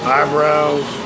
Eyebrows